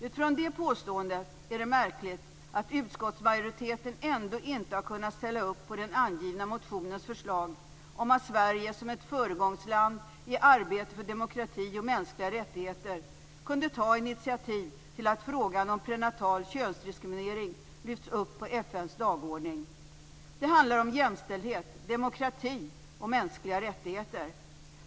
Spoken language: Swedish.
Utifrån det påståendet är det märkligt att utskottsmajoriteten ändå inte har kunnat ställa upp på den angivna motionens förslag om att Sverige som ett föregångsland i arbete för demokrati och mänskliga rättigheter kunde ta initiativ till att frågan om prenatal könsdiskriminering lyfts upp på FN:s dagordning. Det handlar om jämställdhet, demokrati och mänskliga rättigheter.